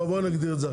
בואו נגדיר את זה,